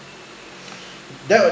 that